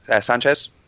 Sanchez